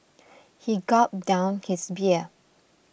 he gulped down his beer